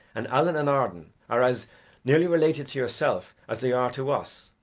and allen and arden are as nearly related to yourself as they are to us,